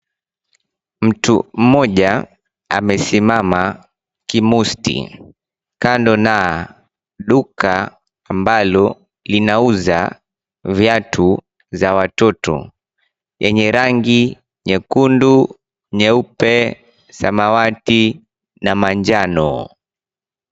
Mtu mmoja amesimama kimusti, kando na duka ambalo linauza viatu za watoto yenye rangi nyekundu, nyeupe, samawati na manjano.